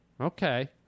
Okay